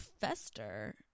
fester